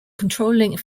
controlling